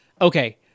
Okay